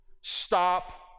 Stop